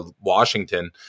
Washington